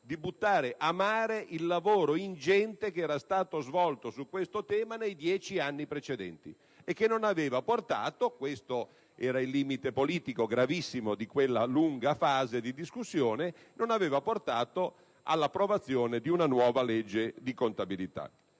di buttare a mare il lavoro ingente che era stato svolto su questo tema nei dieci anni precedenti e che non aveva portato - questo era il limite politico gravissimo di quella lunga fase di discussione - all'approvazione di una nuova legge di contabilità.